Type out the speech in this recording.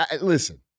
Listen